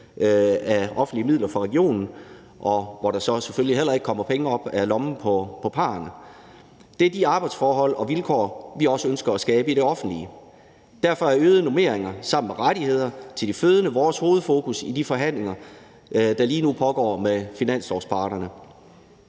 af offentlige midler fra regionen, og hvor der så selvfølgelig heller ikke kommer penge op af lommen på parrene. Det er de arbejdsforhold og -vilkår, vi også ønsker at skabe i det offentlige. Derfor er øgede normeringerne sammen med rettigheder til de fødende vores hovedfokus i de forhandlinger, der lige nu pågår med finanslovsparterne.